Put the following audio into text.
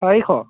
চাৰিশ